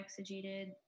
exegeted